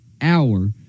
hour